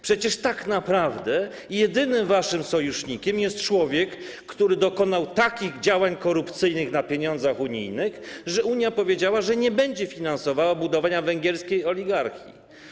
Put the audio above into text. Przecież tak naprawdę jedynym waszym sojusznikiem jest człowiek, który dokonał takich działań korupcyjnych na pieniądzach unijnych, że Unia powiedziała, że nie będzie finansowała budowania węgierskiej oligarchii.